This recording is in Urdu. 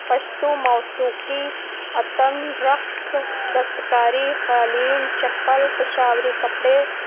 پشتو موسیقی عطن رقص دستکاری قالین چپل پشاوری کپڑے